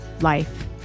life